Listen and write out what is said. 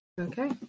Okay